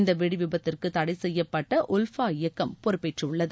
இந்த வெடிவிபத்துக்கு தடை செய்யப்பட்ட உல்ஃபா இயக்கம் பெறப்பேற்றுள்ளது